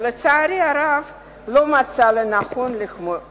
ולצערי הרב לא מצאה לנכון לתמוך בה.